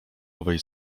owej